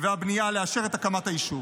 והבנייה לאשר את הקמת היישוב.